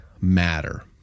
matter